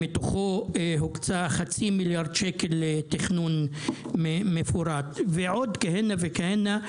מתוכם הוקצו חצי מיליארד ₪ לתכנון מפורט; ועוד כהנה וכהנה.